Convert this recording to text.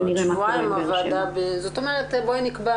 בואי נקבע